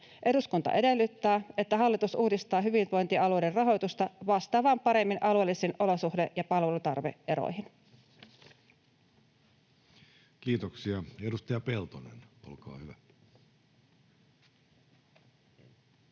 Eduskunta edellyttää, että hallitus uudistaa hyvinvointialueiden rahoitusta vastaamaan paremmin alueellisiin olosuhde‑ ja palvelutarve-eroihin.” [Speech